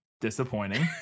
Disappointing